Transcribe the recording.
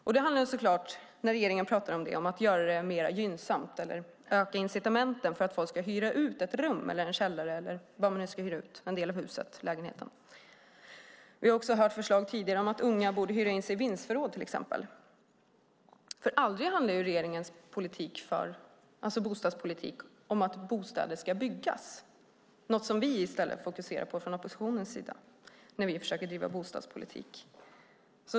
Det här handlar från regeringens sida om att göra det mer gynnsamt, öka incitamenten, för folk att hyra ut ett rum, en källare, en del av huset eller lägenheten. Vi har också tidigare hört förslag om att unga borde hyra in sig i vindsförråd. Aldrig handlar regeringens bostadspolitik om att bostäder ska byggas. Det är något som vi fokuserar på från oppositionens sida när vi försöker bedriva bostadspolitik.